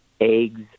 eggs